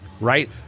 Right